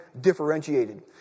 differentiated